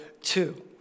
two